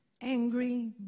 Angry